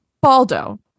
baldo